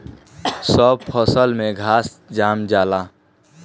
सब फसल में घास जाम जाला